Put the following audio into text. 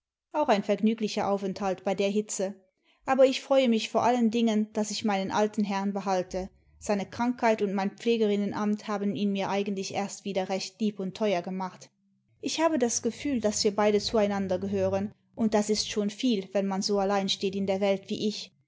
auch ein vergnüglicher aufenthalt bei der hitze aber ich freue mich vor allen dingen daß ich meinen alten herrn behalte seine krankheit und mein pflegerinnenamt haben ihn mir eigentlich erst wieder recht lieb und teuer gemacht ich habe das gefühl daß wir beide zueinander gehören und das ist schon viel wenn man so allein steht in der welt wie ich